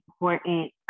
important